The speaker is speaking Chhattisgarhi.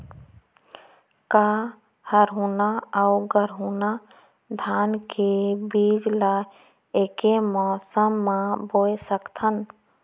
का हरहुना अऊ गरहुना धान के बीज ला ऐके मौसम मा बोए सकथन?